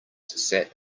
sat